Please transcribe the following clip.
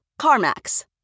CarMax